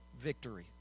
Victory